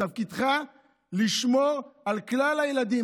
תפקידך לשמור על כלל הילדים.